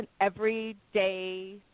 everyday